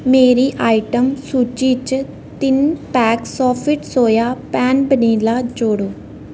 मेरी आइटम सूची च तिन्न पैक सोफिट सोया पेन वैनिला जोड़ो